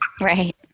Right